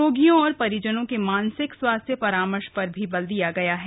रोगियों और परिजनों के मानसिक स्वास्थ्य परामर्श पर भी बल दिया गया है